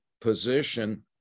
position